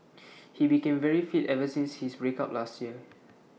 he became very fit ever since his breakup last year